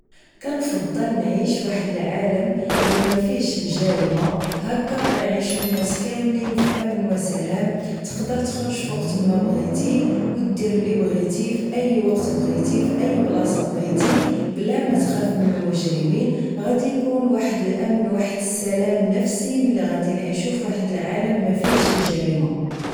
كنفضل نعيش فواحد العالم مافيهش الجريمة هكا غيعيشو الناس كاملين فأمن و سلام تقدر تخرج فوقتما بغيتي و دير اللي بغيتي فأي وقت بغيتي فأي بلاصة بغيتي بلا ما تخاف من المجرمين غادي يكون واحد الامن و السلام نفسي ملي نعيشو بواحد العالم ما فيهش الجريمة